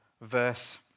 verse